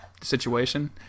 situation